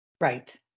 Right